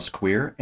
queer